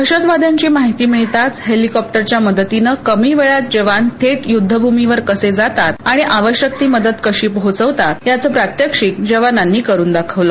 दहशतवाद्यांची माहिती मिळताच हेलिकॉप्टर च्या मदतीने कमी वेळात जवान थेट युद्धभूमीवर कसे जातात आणि आवश्यक ती मदत काशी पोहोचवतात याचं प्रात्यक्षिक जवानांनी करून दाखवल